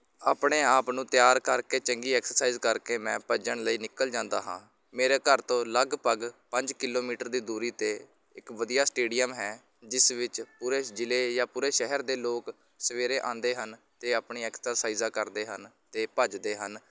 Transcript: ਆਪਣੇ ਆਪ ਨੂੰ ਤਿਆਰ ਕਰਕੇ ਚੰਗੀ ਐਕਸਰਸਾਈਜ਼ ਕਰਕੇ ਮੈਂ ਭੱਜਣ ਲਈ ਨਿਕਲ ਜਾਂਦਾ ਹਾਂ ਮੇਰੇ ਘਰ ਤੋਂ ਲਗਭਗ ਪੰਜ ਕਿਲੋਮੀਟਰ ਦੀ ਦੂਰੀ 'ਤੇ ਇੱਕ ਵਧੀਆ ਸਟੇਡੀਅਮ ਹੈ ਜਿਸ ਵਿੱਚ ਪੂਰੇ ਜ਼ਿਲ੍ਹੇ ਜਾਂ ਪੂਰੇ ਸ਼ਹਿਰ ਦੇ ਲੋਕ ਸਵੇਰੇ ਆਉਂਦੇ ਹਨ ਅਤੇ ਆਪਣੀ ਐਕਸਰਸਾਈਜ਼ਾਂ ਕਰਦੇ ਹਨ ਅਤੇ ਭੱਜਦੇ ਹਨ